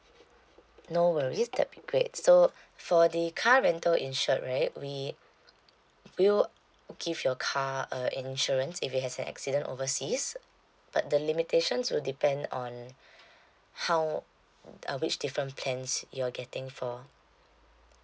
no worries that'd be great so for the car rental insured right we will give your car a insurance if it has an accident overseas but the limitations will depend on how uh which different plans you are getting for